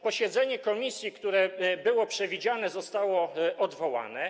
Posiedzenie komisji, które było przewidziane, zostało odwołane.